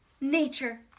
Nature